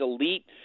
elite